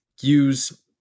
use